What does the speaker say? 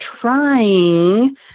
trying